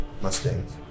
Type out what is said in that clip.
mustangs